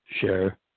share